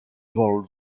volx